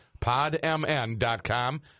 PodMN.com